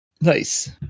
Nice